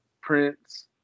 Prince